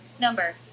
number